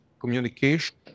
communication